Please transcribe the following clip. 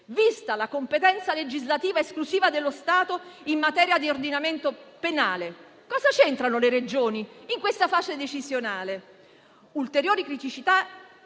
vista la competenza legislativa esclusiva dello Stato in materia di ordinamento penale, cosa c'entrano le Regioni in questa fase decisionale? Un'ulteriore criticità